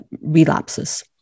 relapses